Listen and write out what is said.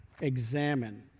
examine